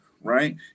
Right